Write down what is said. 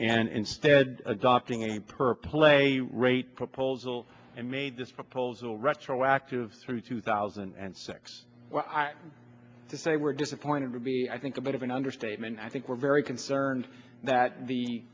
and instead adopting a per play rate proposal and made this proposal retroactive through two thousand and six well to say we're disappointed to be i think a bit of an understatement i think we're very concerned that the